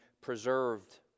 preserved